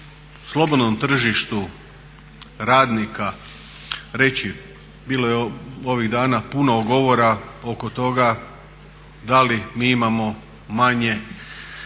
slobodnom tržištu radnika reći bilo je ovih dana puno govora oko toga da li mi imamo manje